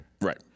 Right